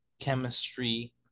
chemistry